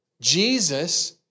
Jesus